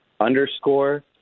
underscore